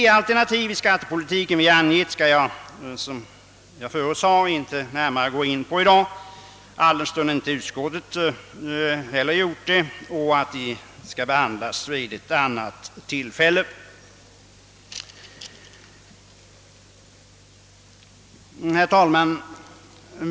Det alternativ till skattepolitiken som vi anvisat skall jag, som jag förut sade, inte närmare gå in på i dag, alldenstund utskottet inte har gjort det; det skall behandlas vid ett annat tillfälle. Herr talman!